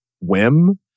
whim